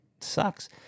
sucks